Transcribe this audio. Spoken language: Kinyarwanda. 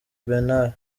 bernard